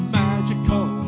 magical